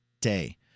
day